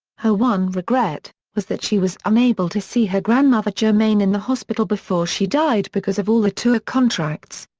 her one regret, was that she was unable to see her grandmother germaine in the hospital before she died because of all the tour contracts.